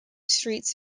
streets